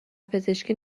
پزشکی